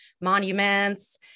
monuments